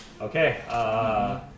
Okay